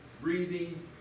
breathing